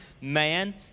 man